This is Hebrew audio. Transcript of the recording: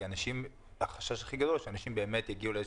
כי החשש הכי גדול שאנשים באמת יגיעו לאיזו